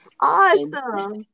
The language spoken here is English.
Awesome